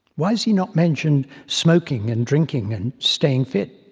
why has he not mentioned smoking and drinking and staying fit?